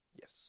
Yes